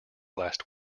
last